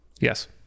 Yes